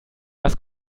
was